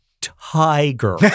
Tiger